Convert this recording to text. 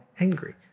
angry